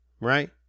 right